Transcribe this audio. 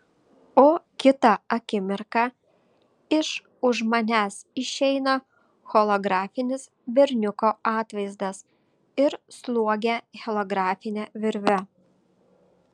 o kitą akimirką iš už manęs išeina holografinis berniuko atvaizdas ir sliuogia holografine virve